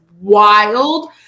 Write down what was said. wild